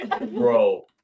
Bro